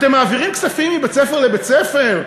אתם מעבירים כספים מבית-ספר לבית-ספר,